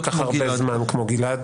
-- כל כך הרבה זמן כמו גלעד.